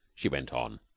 she went on.